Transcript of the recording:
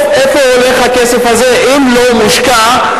לאיפה הולך הכסף הזה אם הוא לא מושקע,